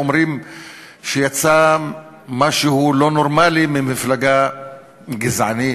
אומרים שיצא משהו לא נורמלי ממפלגה גזענית.